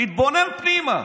תתבונן פנימה.